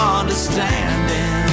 understanding